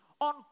on